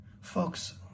Folks